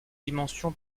dimension